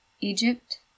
Egypt